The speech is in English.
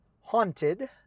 Haunted